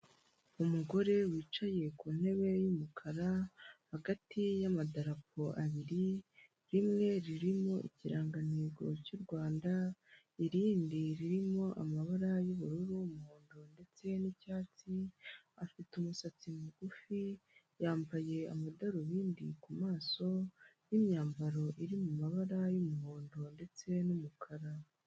Umugore wicaye ku ntebe y'umukara hagati y'amadarapo abiri, rimwe ririmo ikirangantego cy'u Rwanda irindi ririmo amabara y'ubururu, umuhondo ndetse n'icyatsi, afite umusatsi mugufi, yambaye amadarubindi ku maso n'imyambaro iri mu mabara y'umuhondo ndetse n'umukara.